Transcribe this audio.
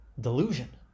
delusion